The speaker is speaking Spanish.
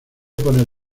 poner